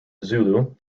zulu